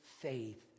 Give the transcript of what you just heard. faith